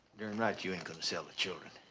darn right you ain't gonna sell the children.